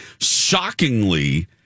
shockingly